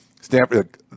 Stanford